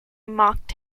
mocked